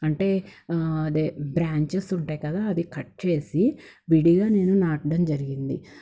అంటే అదే బ్రాంచెస్ ఉంటాయి కదా అది కట్ చేసి విడిగా నేను నాటడం జరిగింది